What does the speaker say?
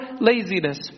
laziness